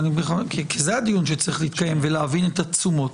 כי זה הדיון שצריך להתקיים ולהבין את התשומות.